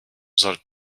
sollte